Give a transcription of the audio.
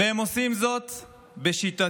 והם עושים זאת בשיטתיות: